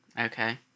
Okay